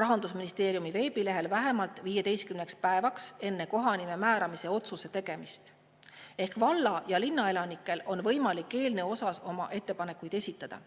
Rahandusministeeriumi veebilehel vähemalt 15 päevaks enne kohanime määramise otsuse tegemist. Seega valla- ja linnaelanikel on võimalik eelnõu kohta oma ettepanekuid esitada.